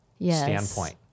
standpoint